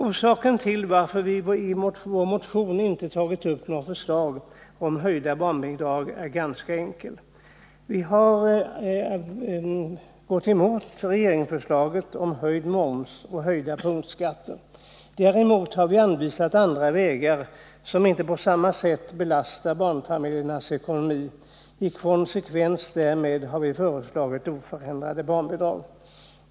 Orsaken till att vi i vår motion inte tagit upp förslag om höjda barnbidrag är ganska enkel: Vi har gått emot regeringsförslaget om höjd moms och höjda punktskatter. Däremot har vi anvisat andra vägar som inte på samma sätt belastar barnfamiljernas ekonomi. I konsekvens därmed har vi föreslagit oförändrade barnbidrag.